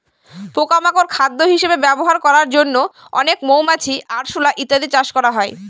পোকা মাকড় খাদ্য হিসেবে ব্যবহার করার জন্য অনেক মৌমাছি, আরশোলা ইত্যাদি চাষ করা হয়